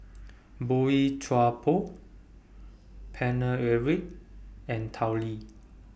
Boey Chuan Poh Paine Eric and Tao Li